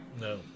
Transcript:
no